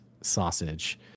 sausage